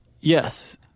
Yes